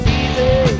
easy